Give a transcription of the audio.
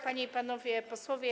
Panie i Panowie Posłowie!